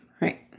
Right